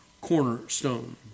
cornerstone